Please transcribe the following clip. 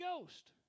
Ghost